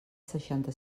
seixanta